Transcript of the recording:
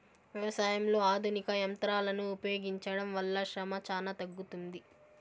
వ్యవసాయంలో ఆధునిక యంత్రాలను ఉపయోగించడం వల్ల శ్రమ చానా తగ్గుతుంది